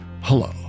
hello